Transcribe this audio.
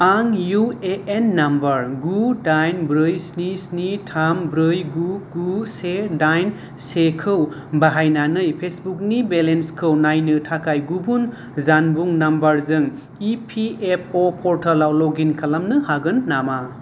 आं UAN number गु दाइन ब्रै स्नि स्नि थाम ब्रै गु गु से दाइन से खौ बाहायनानै पेसबुकनि बेलेन्सखौ नायनो थाखाय गुबुन जानबुं नाम्बारजों इपिएफअ' पर्टेलाव लग इन खालामनो हागोन नामा